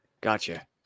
Gotcha